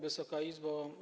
Wysoka Izbo!